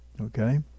okay